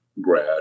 grad